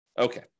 Okay